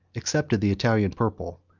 accepted the italian purple,